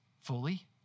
fully